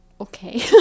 Okay